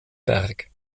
berg